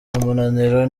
umunaniro